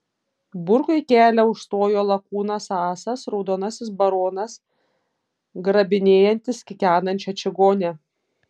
burkui kelią užstojo lakūnas asas raudonasis baronas grabinėjantis kikenančią čigonę